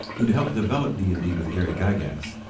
who'd helped develop d and d with gary gygax,